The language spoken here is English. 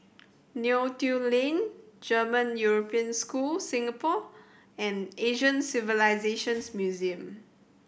Neo Tiew Lane German European School Singapore and Asian Civilisations Museum